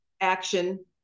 action